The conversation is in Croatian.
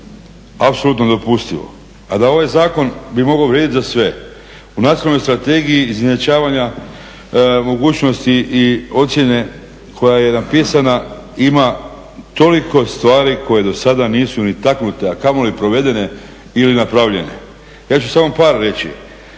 A da ovaj zakon bi mogao vrijedit za sve u Nacionalnoj strategiji izjednačavanja mogućnosti i ocjene koja je napisana ima toliko stvari koje do sada nisu ni taknute, a kamoli provedene ili napravljene. Ja ću samo par reći.